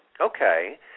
Okay